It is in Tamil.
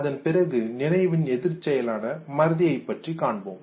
அதன் பிறகு நினைவின் எதிர்ச் செயலான மறதியை பற்றி காண்போம்